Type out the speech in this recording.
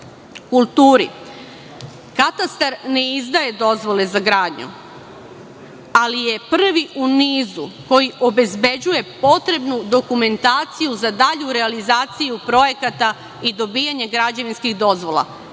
parcela. Katastar ne izdaje dozvole za gradnju, ali je prvi u nizu koji obezbeđuje potrebnu dokumentaciju za dalju realizaciju projekata i dobijanje građevinskih dozvola,